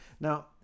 now